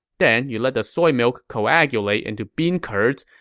then you let the soy milk coagulate into bean curds,